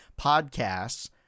podcasts